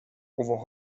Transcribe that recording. vad